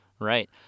Right